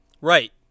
right